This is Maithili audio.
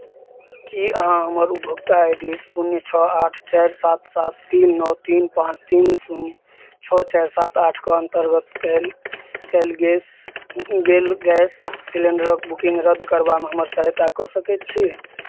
की अहाँ हमर उपभोक्ता आइ डी शून्य छओ आठ चारि सात सात तीन नओ तीन पाँच तीन शून्य छओ चारि सात आठके अन्तर्गत कयल कयल गेस गेल गैस सिलिंडरक बुकिंग रद्द करबामे हमर सहायता कऽ सकैत छी